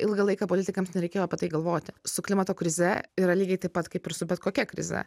ilgą laiką politikams nereikėjo apie tai galvoti su klimato krize yra lygiai taip pat kaip ir su bet kokia krize